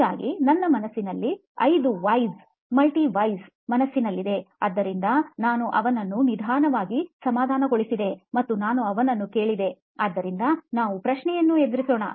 ಹಾಗಾಗಿ ನನ್ನ ಮನಸ್ಸಿನಲ್ಲಿ 5 Whys Multi Whys ಮನಸ್ಸಿನಲ್ಲಿದೆ ಆದ್ದರಿಂದ ನಾನು ಅವನನ್ನು ನಿಧಾನವಾಗಿ ಸಮಾಧಾನಗೊಳಿಸಿದೆ ಮತ್ತು ನಾನು ಅವನನ್ನು ಕೇಳಿದೆ ಆದ್ದರಿಂದ ನಾವು ಪ್ರಶ್ನೆಯನ್ನು ಎದುರಿಸೋಣ